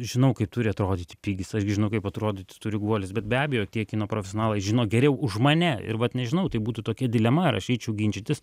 žinau kaip turi atrodyti pigis aš gi žinau kaip atrodyti turi guolis bet be abejo tie kino profesionalai žino geriau už mane ir vat nežinau tai būtų tokia dilema ar aš eičiau ginčytis